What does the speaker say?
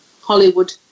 Hollywood